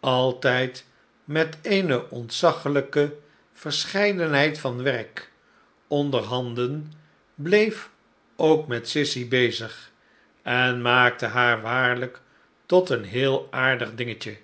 altijd met eene ontzaglijke verscheidenheid van werk onderhanden bleef ook met sissy bezig en maakte haar waarlijk tot een heel aardig dingetje